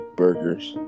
burgers